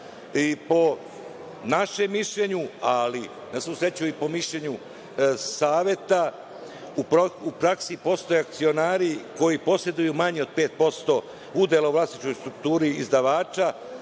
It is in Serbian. našem mišljenju, ali na svu sreću i po mišljenju Saveta, u praksi postoje akcionari koji poseduju manje od 5% udela u vlasničkoj strukturi izdavača,